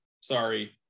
Sorry